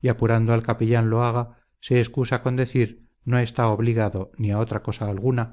y apurando al capellan lo haga se escusa con dezir no está obligado ni á otra cosa alguna